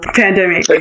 pandemic